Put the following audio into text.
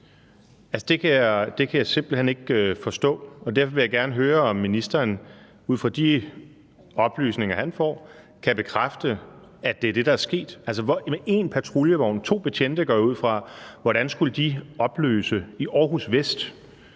Det kan jeg simpelt hen ikke forstå, og derfor vil jeg gerne høre, om ministeren ud fra de oplysninger, han får, kan bekræfte, at det er det, der er sket. Altså, hvordan skulle en patruljevogn med to betjente, går jeg ud fra, kunne opløse en forsamling